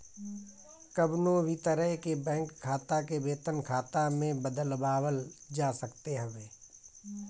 कवनो भी तरह के बैंक खाता के वेतन खाता में बदलवावल जा सकत हवे